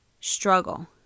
struggle